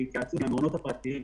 המעונות הפרטיים.